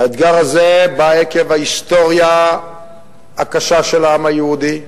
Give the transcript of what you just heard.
האתגר הזה בא עקב ההיסטוריה הקשה של העם היהודי,